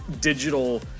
digital